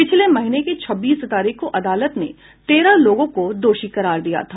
पिछले महीने की छब्बीस तारीख को अदालत ने तेरह लोगों को दोषी करार दिया था